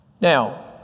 Now